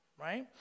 right